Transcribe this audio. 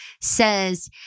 says